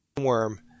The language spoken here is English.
worm